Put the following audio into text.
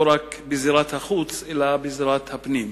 לא רק בזירת החוץ אלא גם בזירת הפנים,